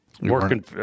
working